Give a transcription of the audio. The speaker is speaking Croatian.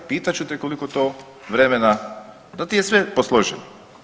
Pitat ću te koliko to vremena, to ti je sve posloženo.